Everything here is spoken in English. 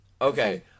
okay